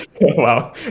wow